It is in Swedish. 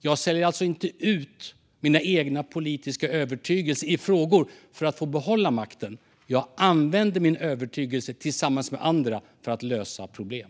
Jag säljer alltså inte ut mina egna politiska övertygelser i frågor för att få behålla makten. Jag använder min övertygelse tillsammans med andra för att lösa problem.